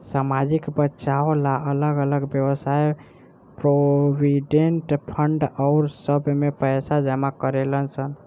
सामाजिक बचाव ला अलग अलग वयव्साय प्रोविडेंट फंड आउर सब में पैसा जमा करेलन सन